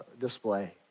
display